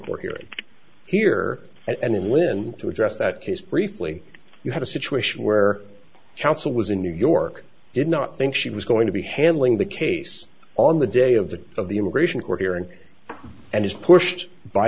hearing here and listen to address that case briefly you had a situation where counsel was in new york did not think she was going to be handling the case on the day of the of the immigration court hearing and is pushed by